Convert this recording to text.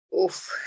Oof